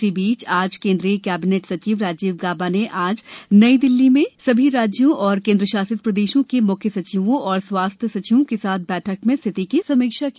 इसी बीच आज केन्द्रीय कैबिनेट सचिव राजीव गौबा ने आज नईदिल्ली से सभी राज्यों और केन्द्र शासित प्रदेशों के म्ख्य सचिवों तथा स्वास्थ्य सचिवों के साथ बैठक में स्थिति की समीक्षा की